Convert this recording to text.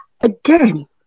Again